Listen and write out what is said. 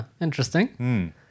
Interesting